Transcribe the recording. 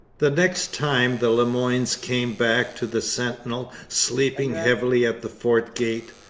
the next time the le moynes came back to the sentinel sleeping heavily at the fort gate,